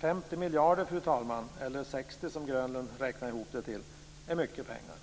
50 miljarder, eller ca 60 miljarder som Grönlund får det till, är mycket pengar,